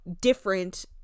different